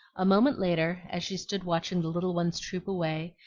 a moment later, as she stood watching the little ones troop away,